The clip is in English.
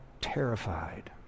terrified